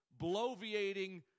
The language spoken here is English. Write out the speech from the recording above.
bloviating